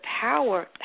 power